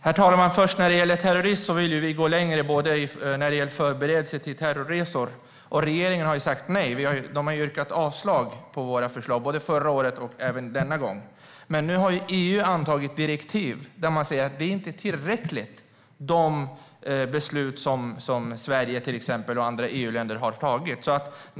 Herr talman! Vi vill gå längre när det gäller förberedelse till terrorresor. Regeringen har sagt nej; de har yrkat avslag på våra förslag, både förra året och denna gång. Men nu har EU antagit direktiv där man säger att de beslut som Sverige och andra EU-länder har tagit inte är tillräckliga.